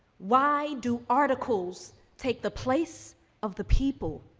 why do articles take the place of the people?